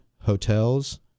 hotels